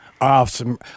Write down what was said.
Awesome